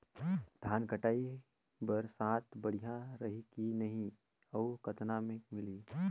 धान कटाई बर साथ बढ़िया रही की नहीं अउ कतना मे मिलही?